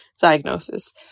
diagnosis